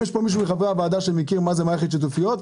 יש מישהו מחברי הוועדה שמכיר מה זה מערכת שיתופיות?